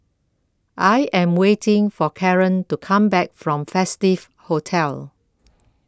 I Am waiting For Caren to Come Back from Festive Hotel